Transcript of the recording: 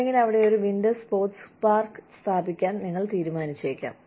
അല്ലെങ്കിൽ അവിടെ ഒരു വിന്റർ സ്പോർട്സ് പാർക്ക് സ്ഥാപിക്കാൻ നിങ്ങൾ തീരുമാനിച്ചേക്കാം